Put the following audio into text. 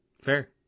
fair